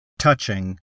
touching